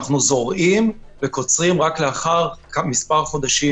אנחנו זורעים ורק אחרי כמה חודשים קוצרים.